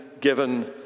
given